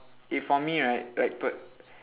if for me right like p~